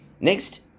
Next